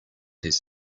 his